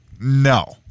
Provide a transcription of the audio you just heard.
no